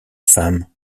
femme